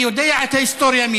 מי יודע את ההיסטוריה,